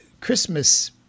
Christmas